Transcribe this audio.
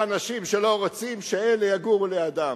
לאנשים שלא רוצים שאלה יגורו לידם.